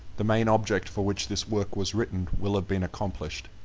the main object for which this work was written will have been accomplished.